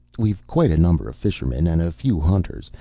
we've quite a number of fishermen, and a few hunters.